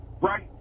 Right